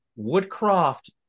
Woodcroft